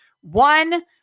One